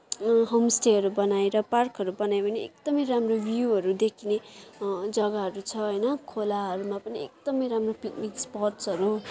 होमस्टेहरू बनाएर पार्कहरू बनायो भने एकदमै राम्रो भ्यूहरू देखिने जग्गाहरू छ होइन खोलाहरूमा पनि एकदमै राम्रो पिकनिक स्पोट्सहरू